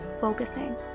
focusing